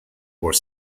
were